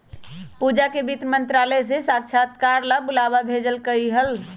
पूजा के वित्त मंत्रालय से साक्षात्कार ला बुलावा भेजल कई हल